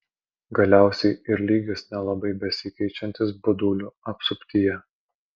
galiausiai ir lygis nelabai besikeičiantis budulių apsuptyje